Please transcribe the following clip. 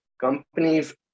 companies